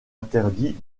interdits